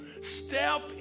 Step